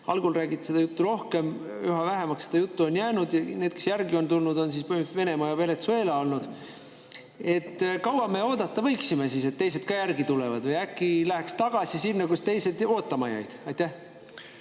Algul räägiti seda juttu rohkem, aga üha vähemaks on seda juttu jäänud. Need, kes järele on tulnud, on olnud põhimõtteliselt Venemaa ja Venetsueela. Kui kaua me oodata võiksime, et teised ka järele tulevad, või äkki läheks tagasi sinna, kus teised ootama jäid? Suur